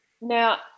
Now